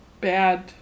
bad